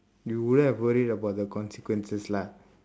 you wouldn't have worried about the consequences lah